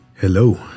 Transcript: Hello